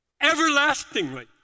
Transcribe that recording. Everlastingly